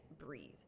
breathe